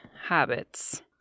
habits